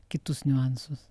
kitus niuansus